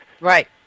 Right